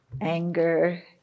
anger